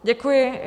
Děkuji.